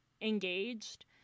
engaged